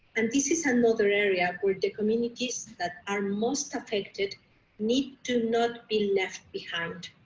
and this is another area where the communities that are most affected need to not be left behind.